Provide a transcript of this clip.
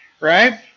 right